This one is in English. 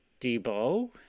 Debo